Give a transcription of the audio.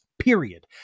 period